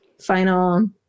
final